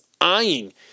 eyeing